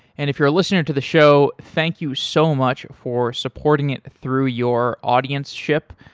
and if you're listening to the show, thank you so much for supporting it through your audienceship.